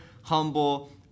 humble